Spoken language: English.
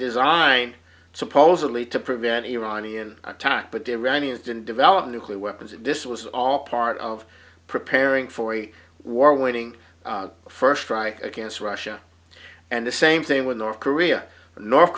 designed supposedly to prevent iranian attack but the iranians didn't develop nuclear weapons and this was all part of preparing for a war winning first strike against russia and the same thing with north korea and north